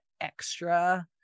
extra